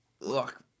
Look